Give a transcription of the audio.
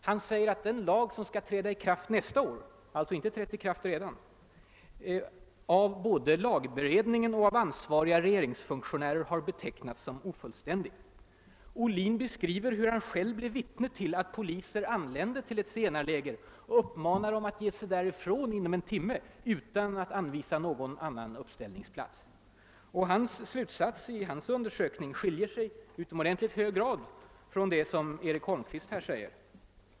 Han säger att den lag som skall träda i kraft nästa år — den har alltså ännu inte trätt i kraft — av både lagberedningen och ansvariga regeringsfunktionärer betecknats som ofullständig. Han beskriver hur han själv blev vittne till att poliser anlände till ett zigenarläger och uppmanade zigenarna att ge sig därifrån inom en timme, dock utan att anvisa dem någon annan uppställningsplats. Slutsatsen i Olins inlaga skiljer sig i utomordentligt hög grad från vad inrikesminister Holmqvist här har anfört.